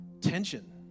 tension